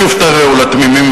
שוב תרעו לתמימים,